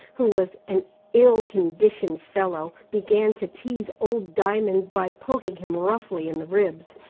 who was an ill-conditioned fellow, began to tease old diamond by poking him roughly in the ribs,